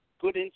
good